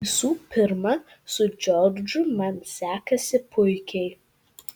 visų pirma su džordžu man sekasi puikiai